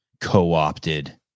co-opted